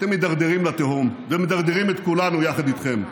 אתם מידרדרים לתהום ומדרדרים את כולנו יחד איתכם.